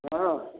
हँ